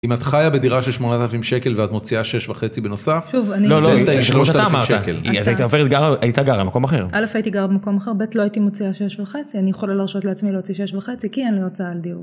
אם את חיה בדירה של 8,000 שקל ואת מוציאה 6 וחצי בנוסף. שוב, אני... לא, לא, הייתה 3,000 שקל. אז הייתה גרה במקום אחר. א', הייתי גרה במקום אחר, ב', לא הייתי מוציאה 6 וחצי, אני יכולה לרשות לעצמי להוציא 6 וחצי, כי אין לי הוצאה על דיר.